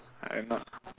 I'm not